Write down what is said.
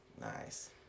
nice